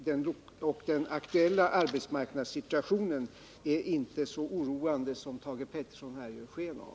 Den aktuella arbetsmarknadssituationen är inte så oroande som Thage Peterson ger sken av.